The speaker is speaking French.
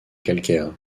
calcaire